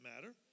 matter